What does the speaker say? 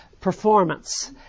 performance